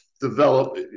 develop